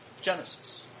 Genesis